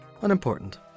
Unimportant